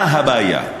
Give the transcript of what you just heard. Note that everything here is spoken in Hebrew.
מה הבעיה?